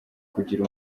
kugira